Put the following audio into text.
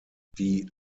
die